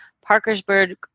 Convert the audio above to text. Parkersburg